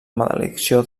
maledicció